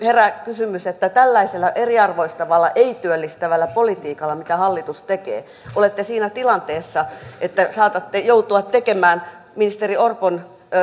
herää kysymys että tällaisella eriarvoistavalla ei työllistävällä politiikalla mitä hallitus tekee olette siinä tilanteessa että saatatte joutua tekemään ministeri orpon